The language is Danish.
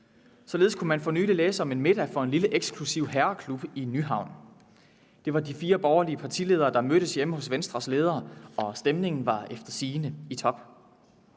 Således kunne man for nylig læse om en middag for en lille eksklusiv herregruppe i Nyhavn. Det var de fire borgerlige partiledere, der mødtes hjemme hos Venstres leder, og stemningen var efter sigende i top.